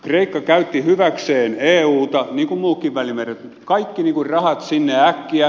kreikka käytti hyväkseen euta niin kuin muutkin välimeren maat kaikki rahat sinne äkkiä